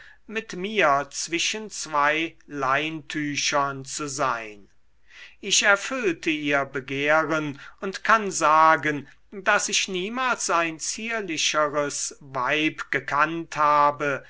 mit mir zwischen zwei leintüchern zu sein ich erfüllte ihr begehren und kann sagen daß ich niemals ein zierlicheres weib gekannt habe